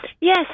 Yes